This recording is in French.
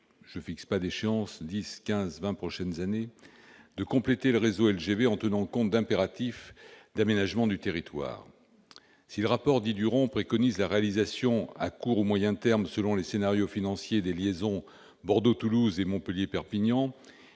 dans les dix, quinze ou vingt prochaines années, de compléter le réseau LGV en tenant compte d'impératifs d'aménagement du territoire ? Si le rapport Duron préconise la réalisation à court ou moyen terme, selon les scénarios financiers, des liaisons Bordeaux-Toulouse et Montpellier-Perpignan,